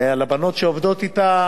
לבנות שעובדות אתה,